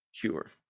cure